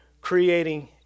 creating